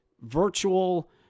virtual